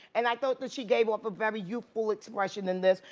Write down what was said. and i thought that she gave off a very youthful expression in this.